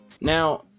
Now